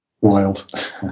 wild